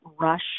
rush